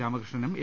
രാമകൃഷ്ണനും A